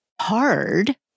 hard